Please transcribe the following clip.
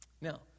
Now